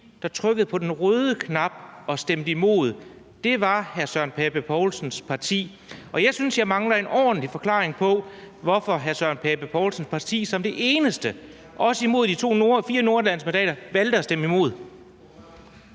der trykkede på den røde knap og stemte imod, var hr. Søren Pape Poulsens parti. Og jeg synes, at jeg mangler en ordentlig forklaring på, hvorfor hr. Søren Pape Poulsens parti som det eneste, også imod de fire nordatlantiske mandater, valgte at stemme imod.